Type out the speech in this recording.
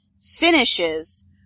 finishes